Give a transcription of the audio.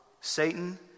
Satan